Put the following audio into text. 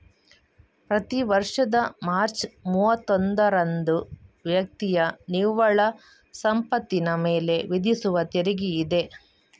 ಪ್ರತಿ ವರ್ಷದ ಮಾರ್ಚ್ ಮೂವತ್ತೊಂದರಂದು ವ್ಯಕ್ತಿಯ ನಿವ್ವಳ ಸಂಪತ್ತಿನ ಮೇಲೆ ವಿಧಿಸುವ ತೆರಿಗೆಯಿದೆ